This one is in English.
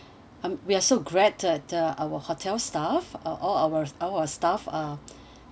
um we are so great at the our hotel staff uh all our all our staff uh